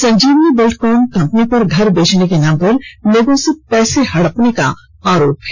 संजीवनी Buildcon company पर घर बेचने के नाम पर लोगों से पैसे हड़पने का आरोप है